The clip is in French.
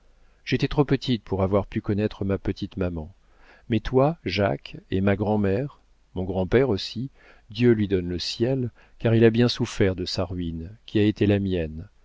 j'étais trop petite pour avoir pu connaître ma petite maman mais toi jacques et ma grand'mère mon grand-père aussi dieu lui donne le ciel car il a bien souffert de sa ruine qui a été la mienne